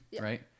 right